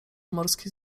morski